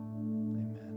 Amen